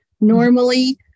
normally